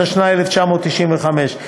התשנ"ה 1995,